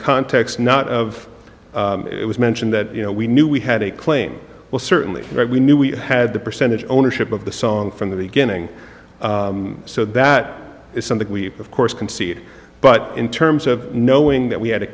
context not of it was mentioned that you know we knew we had a claim well certainly we knew we had the percentage ownership of the song from the beginning so that is something we of course concede but in terms of knowing that we had a